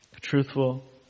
truthful